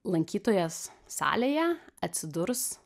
lankytojas salėje atsidurs